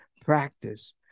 practice